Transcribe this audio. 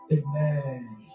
Amen